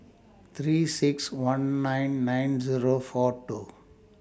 three six one nine nine Zero four two